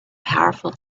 powerful